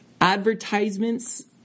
advertisements